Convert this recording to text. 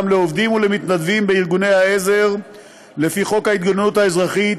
לעובדים ולמתנדבים בארגוני העזר לפי חוק ההתגוננות האזרחית,